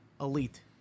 Elite